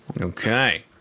Okay